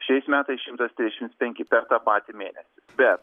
šiais metais šimtas trisdešimt penki per tą patį mėnesį bet